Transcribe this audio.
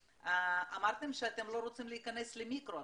אמרתם שאתם לא רוצים להיכנס למיקרו,